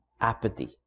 apathy